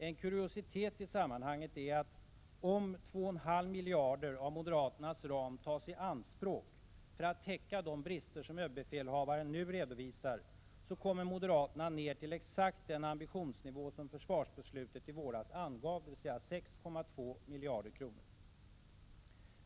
En kurositet i sammanhanget är att om 2,5 miljarder av moderaternas ram tas i anspråk för att täcka de brister som överbefälhavaren nu redovisar, kommer moderaterna ner till exakt den ambitionsnivå som försvarsbeslutet i våras angav, dvs. 6,2 miljarder kronor.